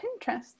Pinterest